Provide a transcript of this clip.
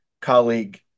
colleague